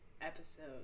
episode